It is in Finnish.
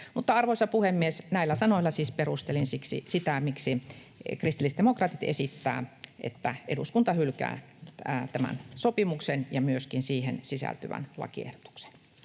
Arvoisa puhemies! Näillä sanoilla siis perustelin sitä, miksi kristillisdemokraatit esittävät, että eduskunta hylkää tämän sopimuksen ja myöskin siihen sisältyvän lakiehdotuksen.